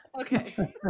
Okay